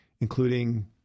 including